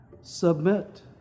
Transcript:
Submit